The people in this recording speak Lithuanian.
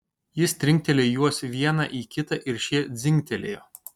jis trinktelėjo juos vieną į kitą ir šie dzingtelėjo